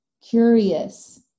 curious